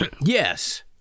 Yes